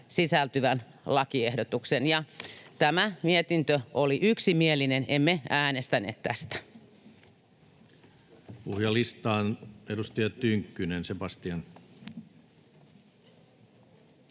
sisältyvän lakiehdotuksen. Tämä mietintö oli yksimielinen, emme äänestäneet tästä. [Speech 3] Speaker: Petteri